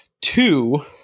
Two